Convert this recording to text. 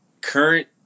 current